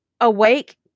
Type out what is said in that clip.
awake